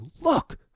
Look